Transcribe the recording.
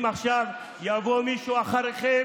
שהובילה את הנושא בכנסת,